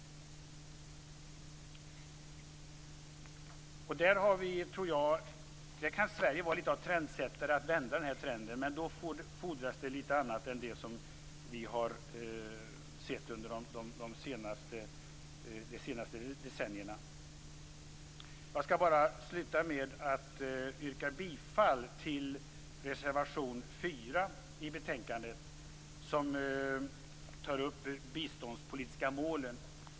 Det kan jag inte se. Sverige kan vända den trenden. Men då fordras något annat än vad vi sett under de senaste decennierna. Jag skall avslutningsvis yrka bifall till reservation nr 4 i betänkandet, som tar upp de biståndspolitiska målen.